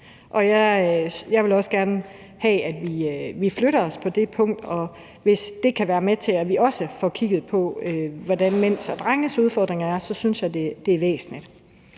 jeg vil også gerne have, at vi flytter os på det punkt, og hvis det kan være med til, at vi også får kigget på, hvad mænds og drenges udfordringer er, så synes jeg, at det er væsentligt.